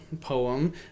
poem